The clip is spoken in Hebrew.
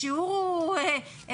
השיעור הוא ציבורי.